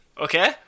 okay